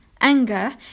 anger